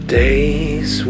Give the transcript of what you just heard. days